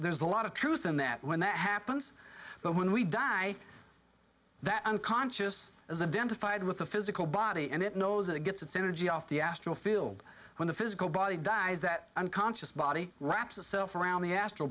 there's a lot of truth in that when that happens but when we die that unconscious is a dent a fight with the physical body and it knows it gets its energy off the astral field when the physical body dies that unconscious body wraps itself around the as